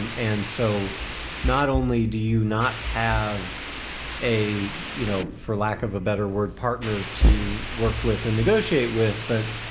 and so not only do you not have a you know for lack of a better word, partner to work with and negotiate with but